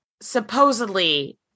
supposedly